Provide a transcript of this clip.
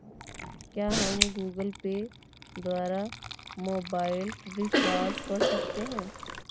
क्या हम Google Pay द्वारा मोबाइल रिचार्ज कर सकते हैं?